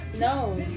No